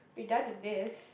we done with this